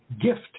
gift